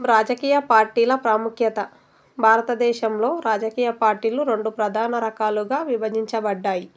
రాజకీయ పార్టీల ప్రాముఖ్యత భారతదేశంలో రాజకీయ పార్టీలు రెండు ప్రధాన రకాలుగా విభజించబడ్డాయి